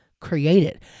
created